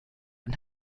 und